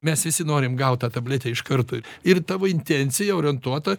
mes visi norim gaut tą tabletę iš karto ir tavo intencija orientuota